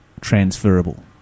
transferable